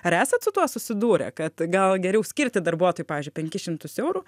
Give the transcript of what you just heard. ar esat su tuo susidūrę kad gal geriau skirti darbuotojui pavyzdžiui penkis šimtus eurų